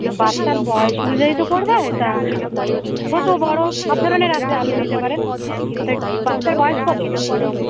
বাচ্চার বয়স অনুযায়ী তো পড়বে তা ছোটো বড়ো সব ধরনের আছে আপনি নিতে পারেন তা বাচ্চার বয়স কত সেই হিসেবে